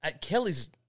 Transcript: Kelly's